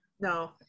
no